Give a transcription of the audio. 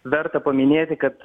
verta paminėti kad